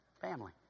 Family